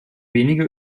wenige